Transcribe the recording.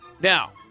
Now